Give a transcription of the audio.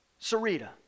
Sarita